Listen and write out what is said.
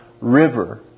River